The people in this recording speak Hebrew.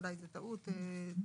אולי זו טעות דפוס.